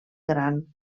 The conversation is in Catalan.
gran